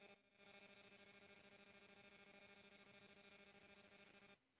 कार ऋण से गाड़ी कम पइसा देके भी मिल जाला